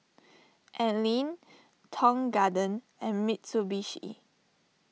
Anlene Tong Garden and Mitsubishi